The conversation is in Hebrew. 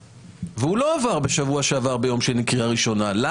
והוא לא עבר בשבוע שעבר ביום שני קריאה ראשונה.